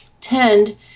tend